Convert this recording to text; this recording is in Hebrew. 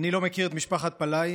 אני לא מכיר את משפחת פלאי,